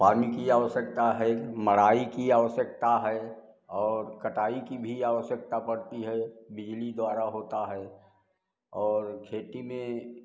पानी की आवश्यकता है मड़ाई की आवश्यकता है और कटाई की भी आवश्यकता पड़ती है बिजली द्वारा होता है और खेती में